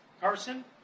Carson